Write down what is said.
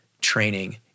training